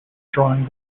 drawing